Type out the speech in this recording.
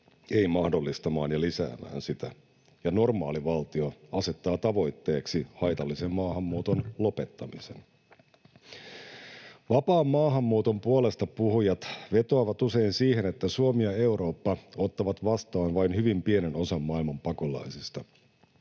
ei mahdollistamaan ja lisäämään sitä, ja normaali valtio asettaa tavoitteeksi haitallisen maahanmuuton lopettamisen. Vapaan maahanmuuton puolestapuhujat vetoavat usein siihen, että Suomi ja Eurooppa ottavat vastaan vain hyvin pienen osan maailman pakolaisista.